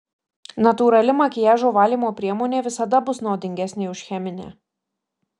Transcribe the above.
natūrali makiažo valymo priemonė visada bus naudingesnė už cheminę